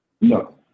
no